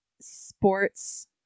sports